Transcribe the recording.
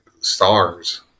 stars